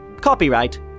Copyright